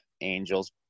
Angels